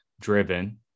driven